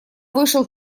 вышел